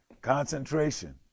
Concentration